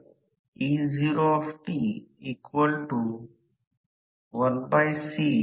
तर circuit model म्हणजे transformer म्हणजे E1 E2 a a ला N1 N2 आणि प्रवाह I2 ' 2 1 a असे म्हटले आहे